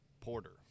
porter